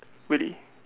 really